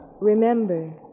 Remember